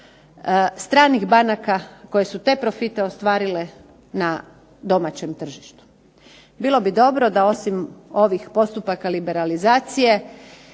stranih banaka koje su te profite ostvarile na domaćem tržištu. Bilo bi dobro da osim ovih postupaka liberalizacije